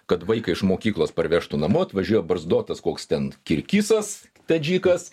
kad vaiką iš mokyklos parvežtų namo atvažiuoja barzdotas koks ten kirkisas tadžikas